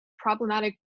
problematic